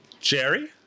Jerry